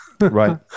right